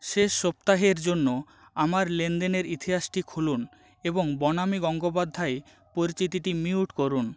শেষ সপ্তাহের জন্য আমার লেনদেনের ইতিহাসটি খুলুন এবং বনানী গঙ্গোপাধ্যায় পরিচিতিটি মিউট করুন